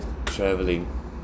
travelling